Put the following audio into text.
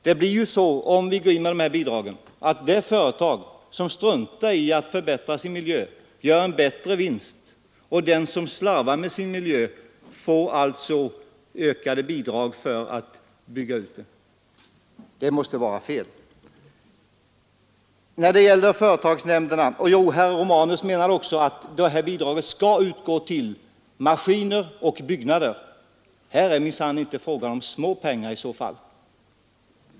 Det blir så, om vi går in med dessa bidrag, att det företag som struntar i att förbättra sin miljö gör en bättre vinst och den som slarvar med sin miljö får alltså ökade bidrag för att bygga ut den. Det måste vara fel. Herr Romanus menade också att det här bidraget skall utgå till maskiner och byggnader. Här är minsann inte fråga om små pengar i så fall.